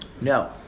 No